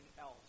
else